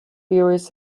viewers